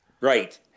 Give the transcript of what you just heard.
Right